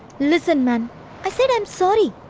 listen man i said i am sort of